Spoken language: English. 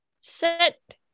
Set